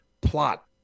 plot